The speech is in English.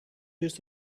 used